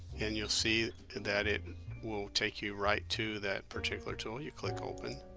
and you'll see that it will take you right to that particular tool you click open